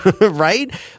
Right